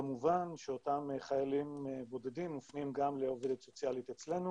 כמובן שאותם חיילים בודדים מופנים גם לעובדת סוציאלית אצלנו